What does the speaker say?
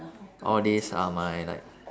all this are my like